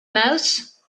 mouse